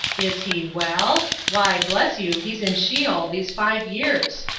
is he well? why, bless you he's in sheol these five years!